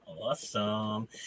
Awesome